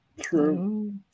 True